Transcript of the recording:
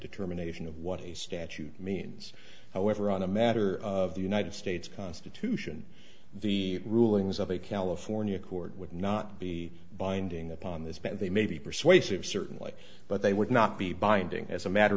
determination of what a statute means however on a matter of the united states constitution the rulings of a california court would not be binding upon this but they may be persuasive certainly but they would not be binding as a matter